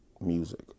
music